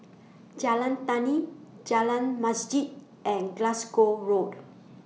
Jalan Tani Jalan Masjid and Glasgow Road